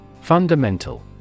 Fundamental